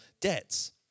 debts